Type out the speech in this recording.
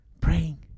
Praying